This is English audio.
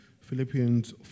Philippians